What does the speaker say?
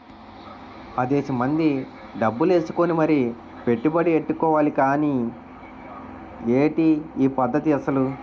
పదేసి మంది డబ్బులు ఏసుకుని మరీ పెట్టుబడి ఎట్టుకోవాలి గానీ ఏటి ఈ పద్దతి అసలు?